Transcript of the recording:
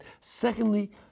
Secondly